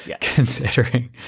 considering